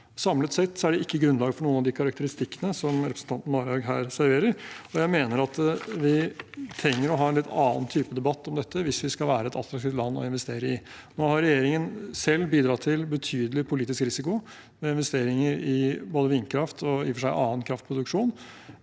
Samlet sett er det ikke grunnlag for noen av de karakteristikkene som representanten Marhaug her serverer. Jeg mener at vi trenger å ha en litt annen type debatt om dette hvis vi skal være et attraktivt land å investere i. Nå har regjeringen selv bidratt til betydelig politisk risiko med investeringer i både vindkraft og i og for seg annen kraftproduksjon,